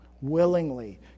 Willingly